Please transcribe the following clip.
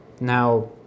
Now